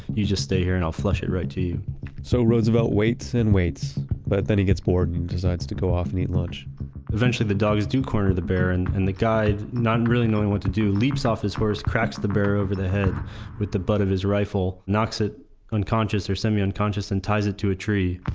you just stay here and i'll flush it right to you so roosevelt waits and waits. but then he gets bored and decides to go off and eat lunch eventually the dogs do corner the bear. and and the guide, not really knowing what to do, leaps off his horse, cracks the bear over the head with the butt of his rifle, knocks it unconscious or semi-unconscious and ties it to a tree.